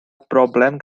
broblem